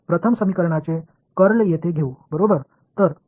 प्रथम समीकरणाचे कर्ल येथे घेऊ बरोबर